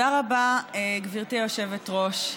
תודה רבה, גברתי היושבת-ראש.